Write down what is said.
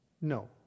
No